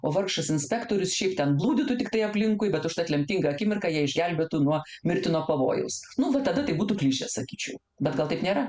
o vargšas inspektorius šiaip ten blūdytų tiktai aplinkui bet užtat lemtingą akimirką ją išgelbėtų nuo mirtino pavojaus nu va tada tai būtų klišė sakyčiau bet gal taip nėra